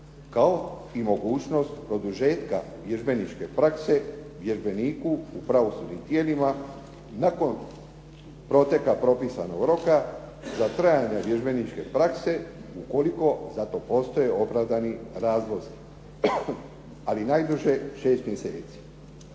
kao i mogućnost produžetka vježbeničke prakse vježbeniku u pravosudnim tijelima nakon proteka propisanog roka za trajanje vježbeničke prakse, ukoliko za to postoje opravdani razlozi, ali najduže 6 mjesece.